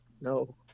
No